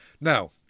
now